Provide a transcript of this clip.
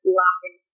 laughing